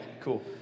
cool